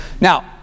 Now